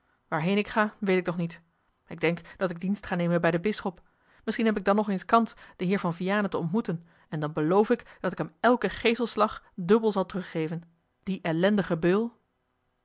waarheen ik ga weet ik nog niet ik denk dat ik dienst ga nemen bij den bisschop misschien heb ik dan nog eens kans den heer van vianen te ontmoeten en dan beloof ik dat ik hem elken geeselslag dubbel zal teruggeven die ellendige beul